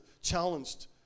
challenged